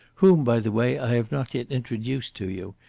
whom, by the way, i have not yet introduced to you.